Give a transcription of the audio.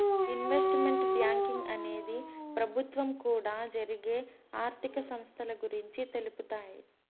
investment banking అనేది ప్రభుత్వం కూడా జరిగే ఆర్థిక సంస్థల గురించి తెలుపుతాయి